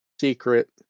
secret